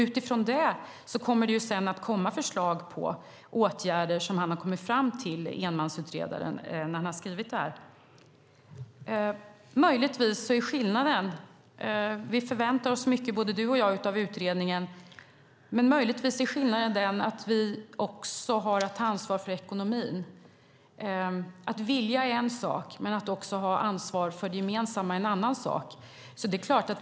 Utifrån det kommer det sedan att komma förslag på åtgärder som enmansutredaren kommit fram till när han skrivit detta. Vi förväntar oss mycket av utredningen, både du och jag, men möjligtvis är skillnaden att Alliansen också har att ta ansvar för ekonomin. Att vilja är en sak; att ha ansvar för det gemensamma är en annan sak.